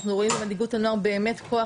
אנחנו רואים במנהיגות הנוער באמת כוח